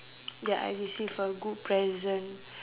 ya I receive a good present